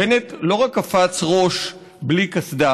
בנט לא רק קפץ ראש בלי קסדה